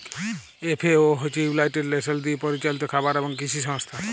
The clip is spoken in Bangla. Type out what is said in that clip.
এফ.এ.ও হছে ইউলাইটেড লেশলস দিয়ে পরিচালিত খাবার এবং কিসি সংস্থা